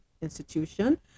institution